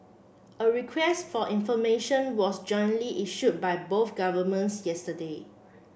a request for information was jointly issued by both governments yesterday